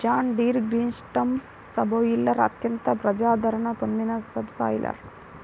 John Deere green system subsoiler అత్యంత ప్రజాదరణ పొందిన సబ్ సాయిలర్